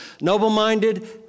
Noble-minded